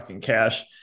cash